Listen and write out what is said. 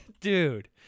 Dude